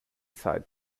site